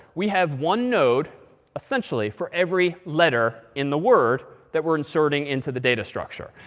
we have one node essentially for every letter in the word that we're inserting into the data structure.